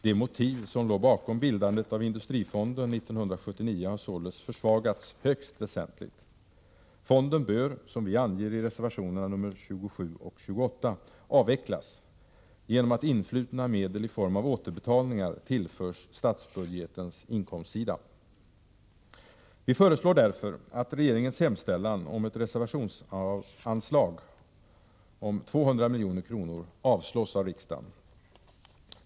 De motiv som låg bakom bildandet av industrifonden 1979 har således försvagats högst väsentligt. Fonden bör, som vi anger i reservationerna 27 och 28, avvecklas genom att influtna medel i form av återbetalningar tillförs statsbudgetens inkomstsida. Vi föreslår därför att regeringens hemställan om ett reservationsanslag om 200 milj.kr. avslås av riksdagen.